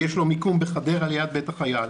המיקום שלו בחדרה ליד בית החייל,